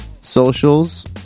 socials